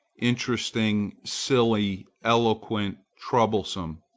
interesting, silly, eloquent, troublesome.